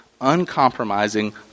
uncompromising